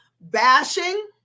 bashing